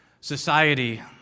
society